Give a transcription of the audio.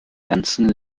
ganzen